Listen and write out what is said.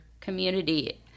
community